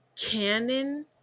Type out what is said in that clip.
canon